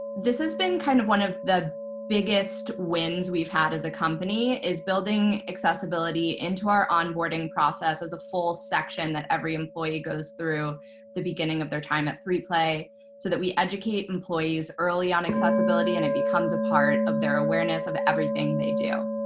this has been kind of one of the biggest wins we've had as a company is building accessibility into our onboarding process as a full section that every employee goes through the beginning of their time at three play so that we educate employees early on accessibility. and it becomes a part of their awareness of everything they do.